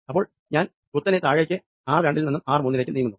അപ്പോൾ ഞാൻ കുത്തനെ താഴേക്ക് ആർ രണ്ടിൽ നിന്നും ആർ മുന്നിലേക്ക് നീങ്ങുന്നു